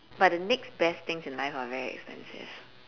but the next best things in life are very expensive